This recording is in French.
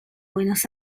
buenos